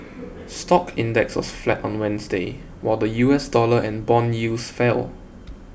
stock index was flat on Wednesday while the U S dollar and bond yields fell